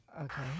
Okay